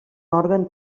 òrgan